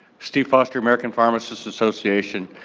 steve foster, american pharmacists association.